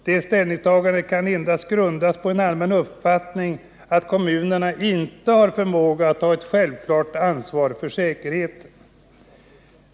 Detta ställningstagande kan endast grundas på en allmän uppfattning att kommunerna inte har förmåga att ta ett självklart ansvar för säkerheten.